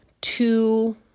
two